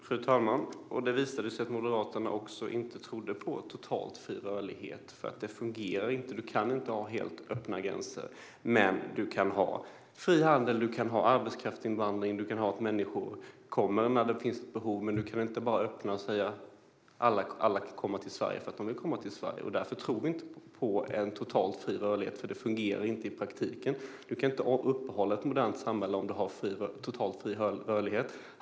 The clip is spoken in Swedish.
Fru talman! Det visade sig ju att inte heller Moderaterna trodde på totalt fri rörlighet, för det fungerar inte. Vi kan inte ha helt öppna gränser. Vi kan ha fri handel och arbetskraftsinvandring. Människor ska kunna komma när det finns ett behov. Men vi kan inte bara öppna och säga att alla kan komma till Sverige därför att de vill komma till Sverige. Därför tror vi inte på en totalt fri rörlighet. Det fungerar inte i praktiken. Man kan inte upprätthålla ett modernt samhälle om man har totalt fri rörlighet.